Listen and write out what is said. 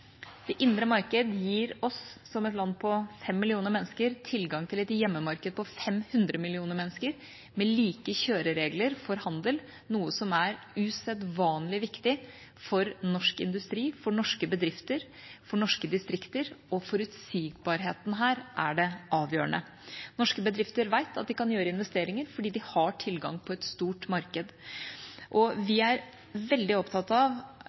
Det indre marked gir oss, som et land på 5 millioner mennesker, tilgang til et hjemmemarked på 500 millioner mennesker, med like kjøreregler for handel, noe som er usedvanlig viktig for norsk industri, for norske bedrifter og for norske distrikter, og forutsigbarheten her er det avgjørende. Norske bedrifter vet at de kan gjøre investeringer fordi de har tilgang på et stort marked. Og vi er veldig opptatt av